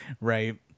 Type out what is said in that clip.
right